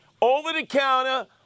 Over-the-counter